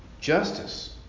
Justice